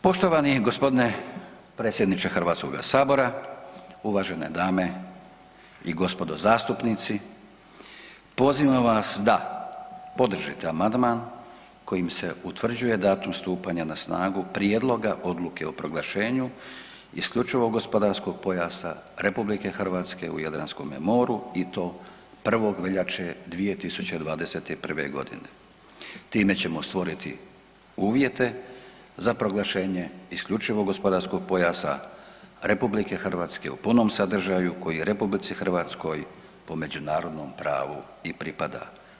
Poštovani g. predsjedniče HS-a, uvažene dame i gospodo zastupnici, pozivam vas da podržite amandman kojim se utvrđuje datum stupanja na snagu Prijedloga Odluke o proglašenju isključivog gospodarskog pojasa RH u Jadranskome moru i to 1. veljače 2021. g. Time ćemo stvoriti uvjete za proglašenje isključivog gospodarskog pojasa RH u punom sadržaju koji je RH po međunarodnom pravu i pripada.